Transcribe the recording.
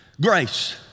Grace